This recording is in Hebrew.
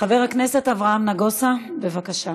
חבר הכנסת אברהם נגוסה, בבקשה.